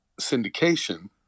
syndication